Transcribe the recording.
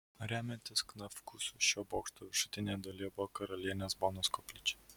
remiantis knakfusu šio bokšto viršutinėje dalyje buvo karalienės bonos koplyčia